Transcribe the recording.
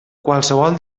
qualsevol